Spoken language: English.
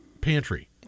pantry